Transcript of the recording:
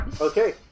Okay